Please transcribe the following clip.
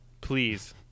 please